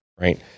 Right